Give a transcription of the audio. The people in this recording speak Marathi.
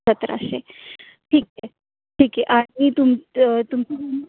सतराशे ठीक आहे ठीक आहे आणि तुमचं तुम